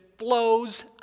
flows